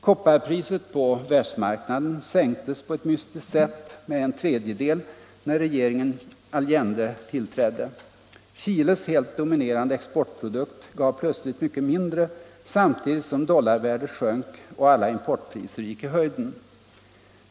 Kopparpriset på världsmarknaden sänktes på ett mystiskt sätt med en tredjedel när regeringen Allende tillträdde. Chiles helt dominerande exportprodukt gav plötsligt mycket mindre utländsk valuta, samtidigt som dollarvärdet sjönk och alla importpriser gick i höjden.